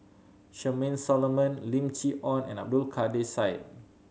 Charmaine Solomon Lim Chee Onn and Abdul Kadir Syed